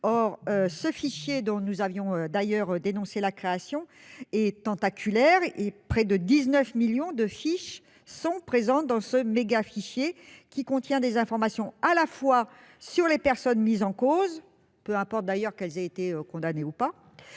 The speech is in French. Or ce fichier, dont nous avions d'ailleurs dénoncé la création, est tentaculaire : près de 19 millions de fiches sont présentes dans ce mégafichier, qui contient des informations à la fois sur les personnes mises en cause- peu importe qu'elles aient été condamnées ou non